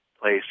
place